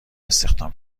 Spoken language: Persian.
استخدام